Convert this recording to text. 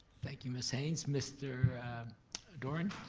thank you miss haynes. mr doran,